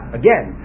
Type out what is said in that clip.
again